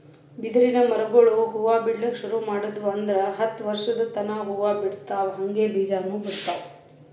ಬಿದಿರಿನ್ ಮರಗೊಳ್ ಹೂವಾ ಬಿಡ್ಲಕ್ ಶುರು ಮಾಡುದ್ವು ಅಂದ್ರ ಹತ್ತ್ ವರ್ಶದ್ ತನಾ ಹೂವಾ ಬಿಡ್ತಾವ್ ಹಂಗೆ ಬೀಜಾನೂ ಬಿಡ್ತಾವ್